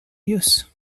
use